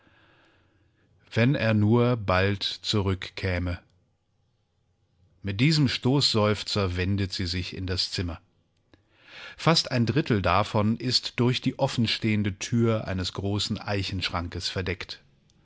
wenn er nur bald zurückkäme mit diesem stoßseufzer wendet sie sich in das zimmer fast ein drittel davon ist durch die offenstehende tür eines großen eichenschrankes verdeckt